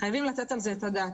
חייבים לתת על זה את הדעת.